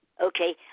Okay